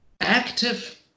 active